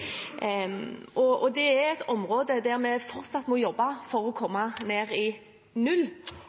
er et område der vi fortsatt må jobbe, for å komme ned i null